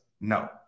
No